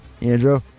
Andrew